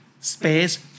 Space